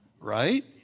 right